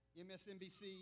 MSNBC